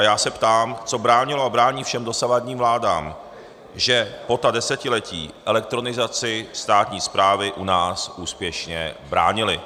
Já se ptám, co bránilo a brání všem dosavadním vládám, že po ta desetiletí elektronizaci státní správy u nás úspěšně bránily.